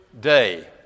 day